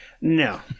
No